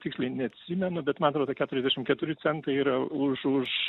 tiksliai neatsimenu bet man atrodo keturiasdešim keturi centai yra už už